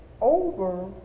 over